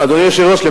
אדוני היושב-ראש,